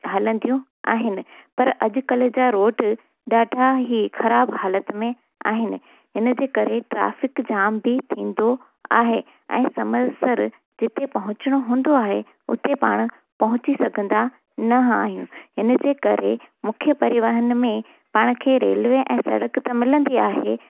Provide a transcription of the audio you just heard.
हलंदियूं आहिनि पर अॼुकल्ह जा रोड ॾाढा ई ख़राबु हालति में आहिनि हिनजे करे ट्राफ़िक जाम बि थींदो आहे ऐं समय सर जिते पहुचणो हूंदो आहे उते पाण पहुची सघंदा न आहियूं हिनजे करे मूंखे परिवहन में पाण खे रेल्वे ऐं सड़क त मिलंदी आहे